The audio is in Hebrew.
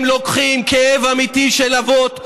אתם לוקחים כאב אמיתי של אבות,